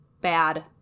bad